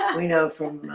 yeah we know from